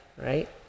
right